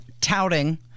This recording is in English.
touting